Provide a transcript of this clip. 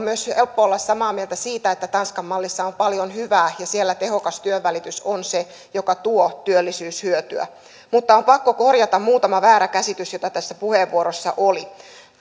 myös helppo olla samaa mieltä siitä että tanskan mallissa on paljon hyvää ja siellä tehokas työnvälitys on se joka tuo työllisyyshyötyä mutta on pakko korjata muutama väärä käsitys joita tässä puheenvuorossa oli